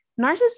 narcissism